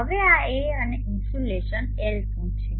હવે આ એ અને ઇન્સ્યુલેશન એલ શું છે